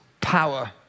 power